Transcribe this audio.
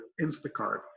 Instacart